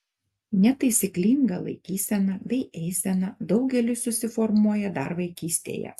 netaisyklinga laikysena bei eisena daugeliui susiformuoja dar vaikystėje